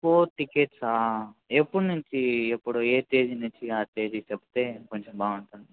four టిక్కెట్సా ఎప్పటి నుంచి ఎప్పుడు ఏ తేదీ నుంచి ఆ తేదీ చెప్తే కొంచెం బాగుంటుంది